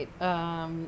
Right